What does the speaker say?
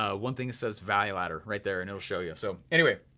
ah one thing it says value ladder, right there and it'll show you. so, anyway,